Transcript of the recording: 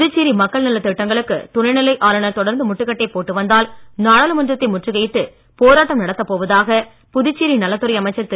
புதுச்சேரி மக்கள் நலத் திட்டங்களுக்கு துணைநிலை ஆளுநர் தொடர்ந்து முட்டுக்கட்டை போட்டு வந்தால் நாடாளுமன்றத்தை முற்றுகையிட்டு போராட்டம் நடத்தப் போவதாக புதுச்சேரி நலத் துறை அமைச்சர் திரு